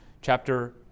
chapter